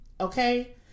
okay